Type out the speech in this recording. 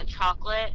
chocolate